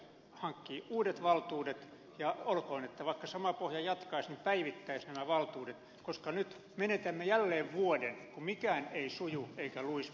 nyt pitäisi hankkia uudet valtuudet ja olkoon että vaikka sama pohja jatkaisi niin päivitettäisiin nämä valtuudet koska nyt menetämme jälleen vuoden kun mikään ei suju eikä luista